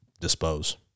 dispose